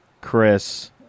Chris